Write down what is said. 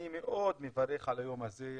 אני מאוד מברך על היום הזה,